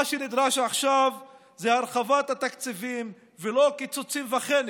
מה שנדרש עכשיו זה הרחבת התקציבים ולא קיצוצים בחלק